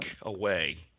away